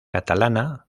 catalana